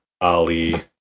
Ali